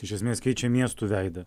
iš esmės keičia miestų veidą